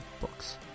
Books